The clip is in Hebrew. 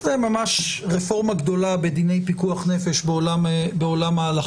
זו ממש רפורמה גדולה בדיני פיקוח נפש בעולם ההלכה.